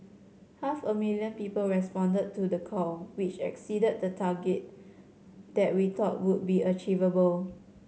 half a million people responded to the call which exceeded the target that we thought would be achievable